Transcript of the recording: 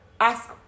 ask